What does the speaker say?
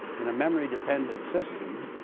in a memory-dependent system,